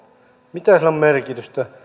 mitä sillä on merkitystä